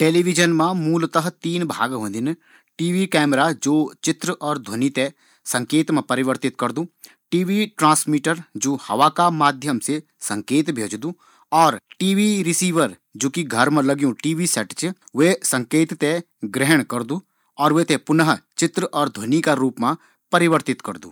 टेलीविजन मा मुख्यत तीन भाग होदिन, टीवी कैमरा जु चित्र और ध्वनि ते संकेत मा परिवर्तित करदु टीवी ट्रांसमीटर जु हवा का माध्यम से संकेत भेजदु और टीवी रिसीवर जु संकेतो ते स्वीकार करिक वापस चित्र और ध्वनि मा परिवर्तित करदु